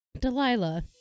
Delilah